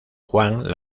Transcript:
juan